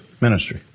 ministry